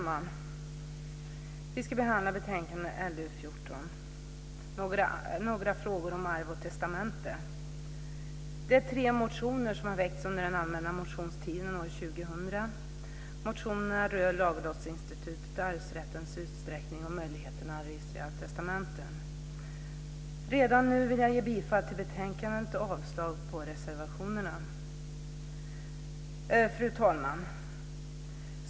Fru talman! Vi behandlar nu betänkandet LU14, Några frågor om arv och testamente. Det är tre motioner som har väckts under den allmänna motionstiden år 2000, och de rör laglottsinstitutet, arvsrättens utsträckning och möjligheterna att registrera testamenten. Redan nu vill jag yrka bifall till utskottets hemställan och avslag på reservationerna. Fru talman!